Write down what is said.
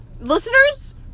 Listeners